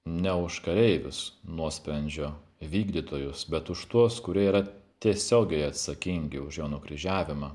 ne už kareivius nuosprendžio vykdytojus bet už tuos kurie yra tiesiogiai atsakingi už jo nukryžiavimą